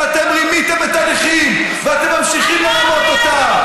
שאתם רימיתם את הנכים ואתם ממשיכים לרמות אותם.